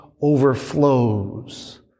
overflows